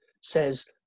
says